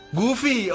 Goofy